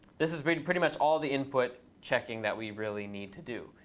this has been pretty much all the input checking that we really need to do.